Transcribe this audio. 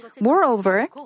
Moreover